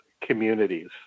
communities